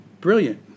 Brilliant